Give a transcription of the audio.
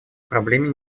проблеме